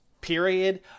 period